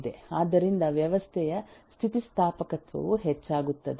ಆದ್ದರಿಂದ ವ್ಯವಸ್ಥೆಯ ಸ್ಥಿತಿಸ್ಥಾಪಕತ್ವವು ಹೆಚ್ಚಾಗುತ್ತದೆ